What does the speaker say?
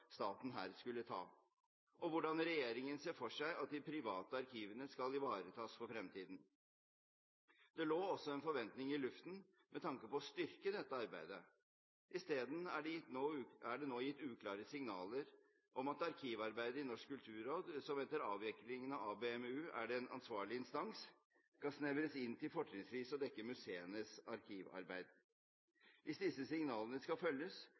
staten her skulle ta, og hvordan regjeringen ser for seg at de private arkivene skal ivaretas for fremtiden. Det lå også en forventning i luften med tanke på å styrke dette arbeidet. I stedet er det nå gitt klare signaler om at arkivarbeidet i Norsk kulturråd, som etter avviklingen av ABM-utvikling er den ansvarlige instans, skal snevres inn til fortrinnsvis å dekke museenes arkivarbeid. Hvis disse signalene skal følges,